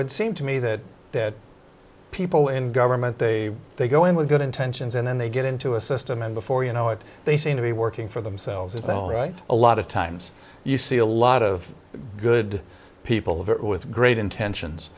would seem to me that that people in government they they go in with good intentions and then they get into a system and before you know it they seem to be working for themselves is that all right a lot of times you see a lot of good people with great intentions